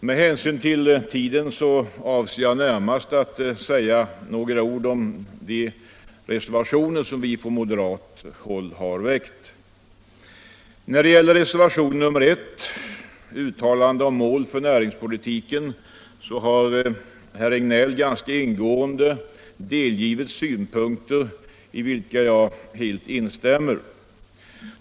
Med hänsyn till den framskridna tiden avser jag närmast att säga några ord om de reservationer som vi från moderat håll har fogat till utskottets betänkande. När det gäller reservationen 1 beträffande uttalandet om mål för näringspolitiken har herr Regnéll ganska ingående delgivit kammaren synpunkter som jag helt instämmer i.